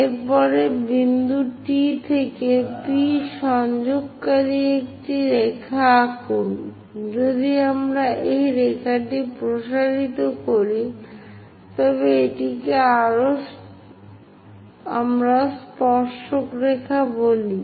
এর পর বিন্দু T থেকে P সংযোগকারী একটি রেখা আঁকুন যদি আমরা এই রেখাটি প্রসারিত করি তবে এটিকে আমরা স্পর্শক রেখা বলি